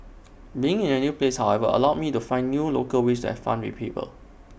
being in A new place however allowed me to find new local ways to have fun with people